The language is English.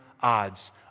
odds